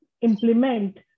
implement